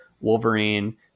Wolverine